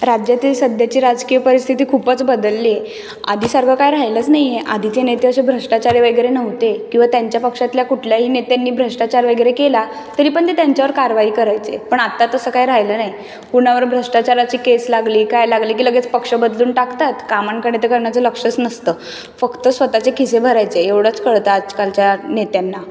राज्यातील सध्याची राजकीय परिस्थिती खूपच बदलली आहे आधी सर्व काय राहिलंच नाही आहे आधीचे नेते असे भ्रष्टाचारी वगैरे नव्हते किंवा त्यांच्या पक्षातला कुठल्याही नेत्यांनी भ्रष्टाचार वगैरे केला तरी पण ते त्यांच्यावर कारवाई करायचे पण आता तसं काय राहिलं नाही कुणावर भ्रष्टाचाराची केस लागली काय लागली की लगेच पक्ष बदलून टाकतात कामांकडे तर कुणाचं लक्षच नसतं फक्त स्वतःचे खिसे भरायचे एवढंच कळतं आजकालच्या नेत्यांना